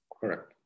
Correct